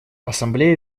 ассамблея